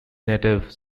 native